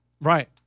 Right